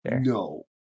No